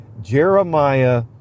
Jeremiah